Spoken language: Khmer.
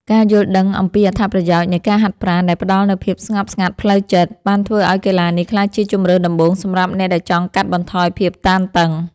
ការយល់ដឹងអំពីអត្ថប្រយោជន៍នៃការហាត់ប្រាណដែលផ្ដល់នូវភាពស្ងប់ស្ងាត់ផ្លូវចិត្ត បានធ្វើឱ្យកីឡានេះក្លាយជាជម្រើសដំបូងសម្រាប់អ្នកដែលចង់កាត់បន្ថយភាពតានតឹង។